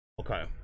Okay